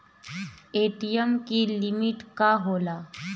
ATM की limit का होला?